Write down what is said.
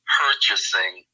purchasing